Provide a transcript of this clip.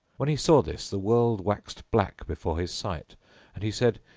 when he saw this the world waxed black before his sight and he said,